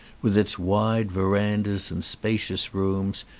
with its wide verandahs and spacious rooms,